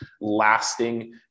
lasting